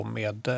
med